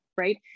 right